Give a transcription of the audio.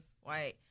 white